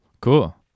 Cool